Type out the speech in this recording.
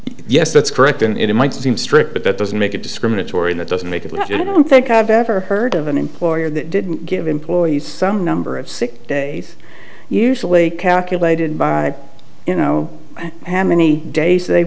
yes that's correct and it might seem strict but that doesn't make it discriminatory and it doesn't make it look i don't think i've ever heard of an employer that didn't give employees some number of sick days usually calculated by you know how many days they